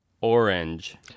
Orange